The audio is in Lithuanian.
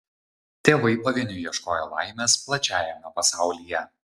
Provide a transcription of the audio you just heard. tėvai pavieniui ieškojo laimės plačiajame pasaulyje